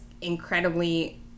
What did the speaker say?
incredibly